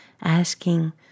asking